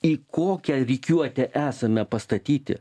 į kokią rikiuotę esame pastatyti